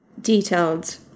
detailed